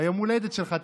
ביום ההולדת שלך תבקש.